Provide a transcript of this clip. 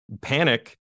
Panic